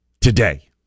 Today